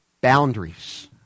boundaries